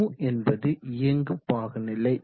υ என்பது இயங்கு பாகுநிலை